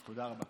תודה רבה.